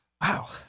Wow